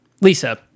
Lisa